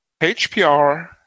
HPR